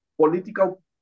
political